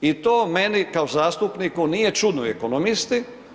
I to meni kao zastupniku nije čudno i ekonomisti.